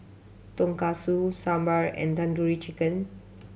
Tonkatsu Sambar and Tandoori Chicken